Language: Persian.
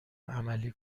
عملی